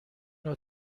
نوع